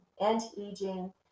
anti-aging